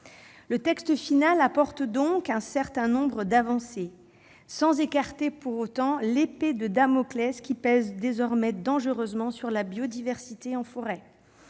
Le texte final apporte donc un certain nombre d'avancées, sans écarter pour autant l'épée de Damoclès qui pèse désormais dangereusement sur la biodiversité en forêt,